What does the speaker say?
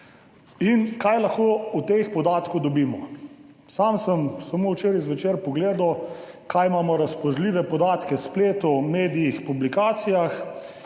in kaj lahko od teh podatkov dobimo. Sam sem včeraj zvečer pogledal, kakšne imamo razpoložljive podatke na spletu, v medijih, publikacijah.